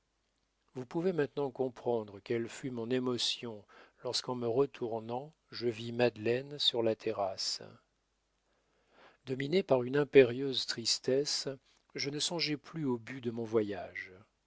vous pouvez maintenant comprendre quelle fut mon émotion lorsqu'en me retournant je vis madeleine sur la terrasse dominé par une impérieuse tristesse je ne songeais plus au but de mon voyage